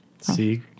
See